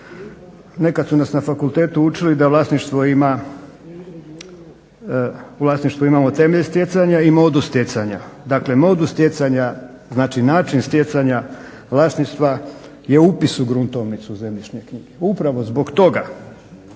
nekad su nas na fakultetu učili da u vlasništvu imamo temelj stjecanja i modus stjecanja. Dakle, modus stjecanja znači način stjecanja vlasništva je upis u gruntovnicu zemljišne knjige. Upravo zbog toga